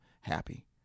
happy